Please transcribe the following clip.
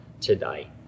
today